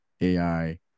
AI